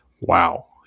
Wow